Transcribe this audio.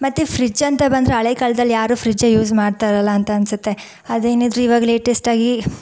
ಮತ್ತು ಫ್ರಿಜ್ ಅಂತ ಬಂದರೆ ಹಳೆಯ ಕಾಲ್ದಲ್ಲಿ ಯಾರು ಫ್ರಿಜ್ಜೆ ಯೂಸ್ ಮಾಡ್ತಾ ಇರಲ್ಲ ಅಂತ ಅನಿಸತ್ತೆ ಅದೇನಿದ್ದರೂ ಇವಾಗ ಲೇಟೆಸ್ಟ್ ಆಗಿ